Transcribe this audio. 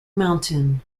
mountain